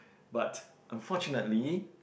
but unfortunately